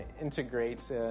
integrate